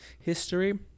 history